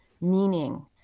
meaning